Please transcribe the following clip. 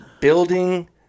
building